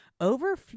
over